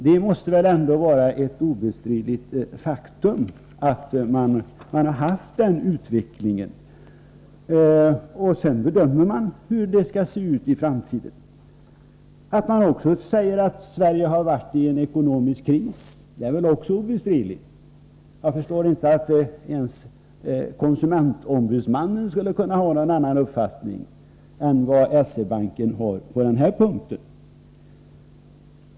Jag upprepar att det är ett obestridligt faktum att man haft den utvecklingen. Sedan bedömer man hur det skall se ut i framtiden. Att man säger att Sverige varit i en ekonomisk kris är också obestridligt. Jag tror inte att ens konsumentombudsmannen skulle kunna ha någon annan uppfattning än den som S-E-Banken ger uttryck för på denna punkt.